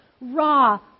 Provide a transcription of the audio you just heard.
raw